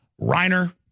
Reiner